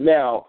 Now